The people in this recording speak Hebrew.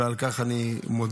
ועל כך אני מודה.